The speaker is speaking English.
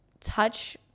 touch